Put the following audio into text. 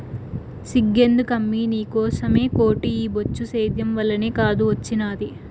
సిగ్గెందుకమ్మీ నీకోసమే కోటు ఈ బొచ్చు సేద్యం వల్లనే కాదూ ఒచ్చినాది